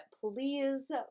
please